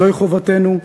זוהי חובתנו,